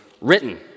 written